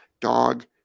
dog